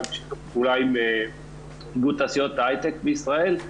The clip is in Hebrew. בשיתוף פעולה עם איגוד תעשיות ההייטק בישראל.